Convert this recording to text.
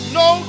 no